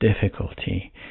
difficulty